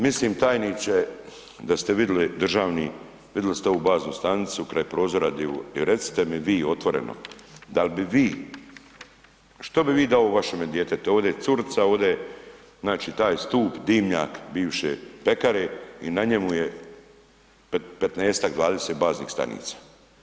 Mislim tajniče da ste vidli, državni, vidli ste ovu baznu stanicu kraj prozora ... i recite mi vi otvoreno, dal' bi vi, što bi vi da je ovo vašem djetetu, ovdje je curica, ovdje je znači taj stup, dimnjak bivše pekare i na njemu je 15-ak, 20 baznih stanica.